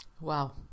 Wow